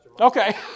Okay